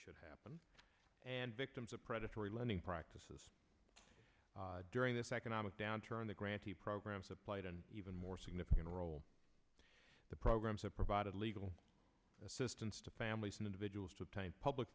should happen and victims of predatory lending practices during this economic downturn the grantee program supplied an even more significant role the programs have provided legal assistance to families and individuals to obtain public